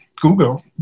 Google